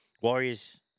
Warriors